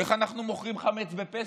איך אנחנו מוכרים חמץ בפסח?